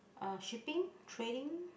uh shipping trading